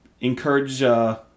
encourage –